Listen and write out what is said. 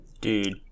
Dude